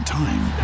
time